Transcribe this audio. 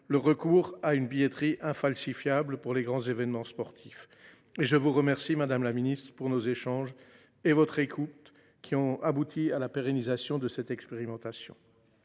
le recours à une billetterie infalsifiable pour les grands événements sportifs. À cet égard, je vous remercie, madame la ministre, pour nos échanges et votre écoute, qui ont permis de pérenniser cette expérimentation.